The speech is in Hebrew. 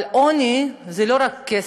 אבל עוני זה לא רק כסף,